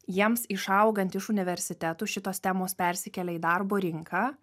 jiems išaugant iš universitetų šitos temos persikėlė į darbo rinką